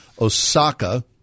Osaka